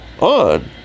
on